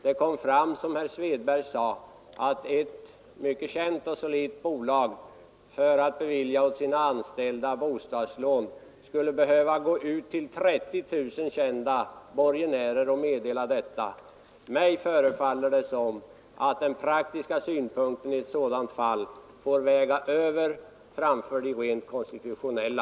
Det kom fram, som herr Svedberg sade, att när ett mycket känt bolag skulle bevilja sina anställda bostadslån behövde man gå ut till 30 000 kända borgenärer och meddela detta. Det förefaller mig som om den praktiska synpunkten i ett sådant här fall får väga över framför de rent konstitutionella.